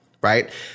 right